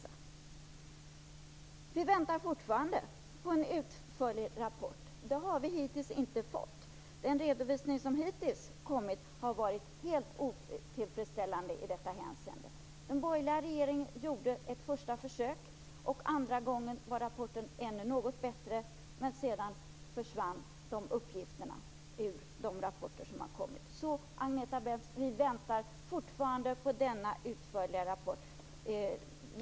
Vi väntar fortfarande på en utförlig rapport. Det har vi hittills inte fått. Den redovisning som hittills lämnats har varit helt otillfredsställande i detta hänseende. Den borgerliga regeringen gjorde ett första försök. Den andra gången var rapporten något bättre, men sedan försvann de uppgifterna ur de rapporter som kommit. Vi väntar fortfarande på denna utförliga rapport, Agneta Brendt.